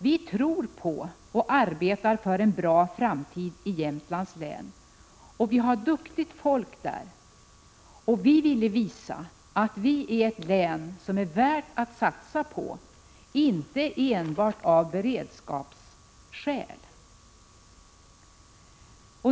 Vi tror på och arbetar för en bra framtid i Jämtlands län, och vi har duktigt folk där. Vi ville visa att Jämtlands län är ett län som det är värt att satsa på, inte enbart av beredskapsskäl.